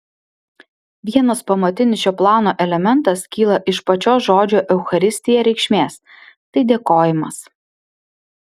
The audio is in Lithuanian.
vienas pamatinis šio plano elementas kyla iš pačios žodžio eucharistija reikšmės tai dėkojimas